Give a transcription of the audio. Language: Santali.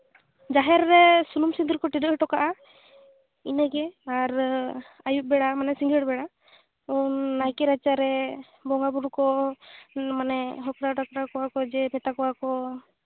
ᱡᱟᱦᱮᱨ ᱨᱮ ᱥᱩᱱᱩᱢ ᱥᱤᱸᱫᱩᱨ ᱠᱚ ᱴᱤᱰᱟᱹᱜ ᱦᱚᱴᱚ ᱠᱟᱜᱼᱟ ᱤᱱᱟᱹᱜᱮ ᱟᱨ ᱟ ᱭᱩᱵᱽ ᱵᱮᱲᱟ ᱢᱟᱱᱮ ᱥᱤᱸᱜᱟᱹᱲ ᱵᱮᱲᱟ ᱩᱱ ᱱᱟ ᱠᱮ ᱨᱟᱪᱟᱨᱮ ᱵᱚᱸᱜᱟ ᱵᱩᱨᱩ ᱠᱚ ᱢᱟᱱᱮ ᱦᱟᱸᱠᱨᱟᱣ ᱰᱟᱠᱨᱟᱣ ᱠᱚᱣᱟ ᱠᱚ ᱡᱮ ᱢᱮᱛᱟ ᱠᱚᱣᱟ ᱠᱚ